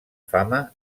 fama